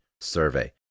survey